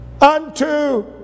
unto